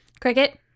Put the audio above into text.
Cricket